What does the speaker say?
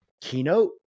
Keynote